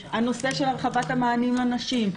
הנושא של הרחבת המענים לנשים,